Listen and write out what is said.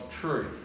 truth